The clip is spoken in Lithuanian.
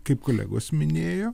kaip kolegos minėjo